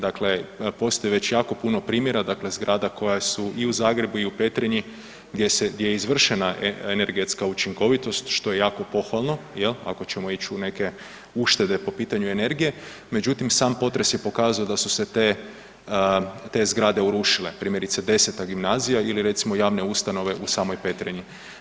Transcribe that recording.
Dakle, postoji već jako puno primjera, dakle zgrade koje su i u Zagrebu, u Petrinji gdje je izvršena energetska učinkovitost što je jako pohvalno, jel, ako ćemo ić u neke uštede po pitanju energije, međutim sam potres je pokazao da su se te zgrade urušile, primjerice X. gimnazija ili recimo javne ustanove u samoj Petrinji.